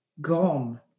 gone